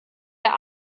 der